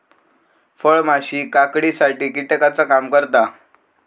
फळमाशी काकडीसाठी कीटकाचा काम करता